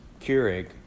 Keurig